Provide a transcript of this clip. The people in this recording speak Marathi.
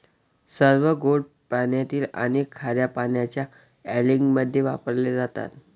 सर्व गोड पाण्यातील आणि खार्या पाण्याच्या अँलिंगमध्ये वापरले जातात